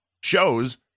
shows